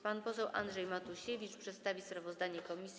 Pan poseł Andrzej Matusiewicz przedstawi sprawozdanie komisji.